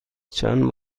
چند